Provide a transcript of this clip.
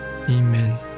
Amen